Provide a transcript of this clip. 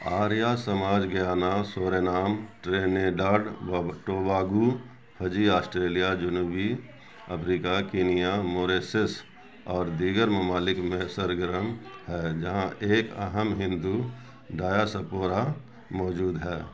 Arya Samaj Guyana Suriname Trinidad و Tobago Fiji Australia جنوبی افریقہ کینیا موریشیس اور دیگر ممالک میں سرگرم ہے جہاں ایک اہم ہندو ڈایاسپورا موجود ہے